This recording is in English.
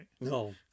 No